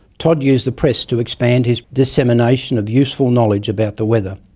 todd used the press to expand his dissemination of useful knowledge about the weather,